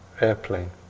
airplane